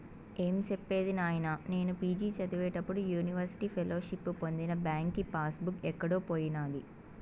ఏం సెప్పేది నాయినా, నేను పి.జి చదివేప్పుడు యూనివర్సిటీ ఫెలోషిప్పు పొందిన బాంకీ పాస్ బుక్ ఎక్కడో పోయినాది